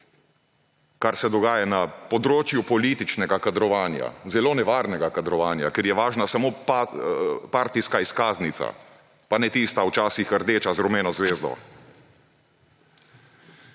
kar se dogaja na področju političnega kadrovanja. Zelo nevarnega kadrovanja, kjer je važna samo partijska izkaznica; pa ne tista, od včasih, rdeča z rumeno zvezdo.